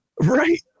Right